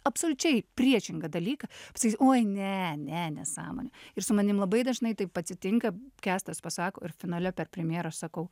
absoliučiai priešingą dalyką pasakysi oi ne ne nesąmonė ir su manim labai dažnai taip atsitinka kęstas pasako ir finale per premjerą sakau